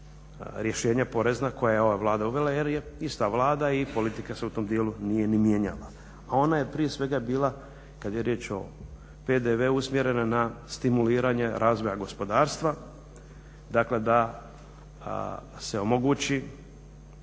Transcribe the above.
rješenja porezna koja je ova Vlada uvela, jer je ista Vlada i politika se u tom dijelu nije ni mijenjala. A ona je prije svega bila kad je riječ o PDV-u usmjerena na stimuliranje razvoja gospodarstva, dakle da se omogući